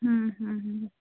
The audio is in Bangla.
হুম হুম হুম